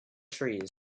trees